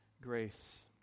grace